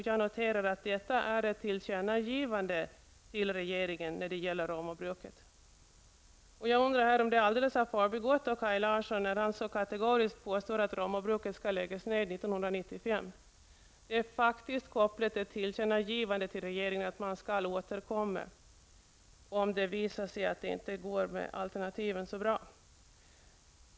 Jag noterar att detta är ett tillkännagivande till regeringen när det gäller Romabruket. Har detta alldeles förbigått Kaj Larsson när han så kategoriskt påstår att Romabruket skall läggas ned 1995? Det finns ett tillkännagivande till regeringen att återkomma om det visar sig att alternativen inte fungerar.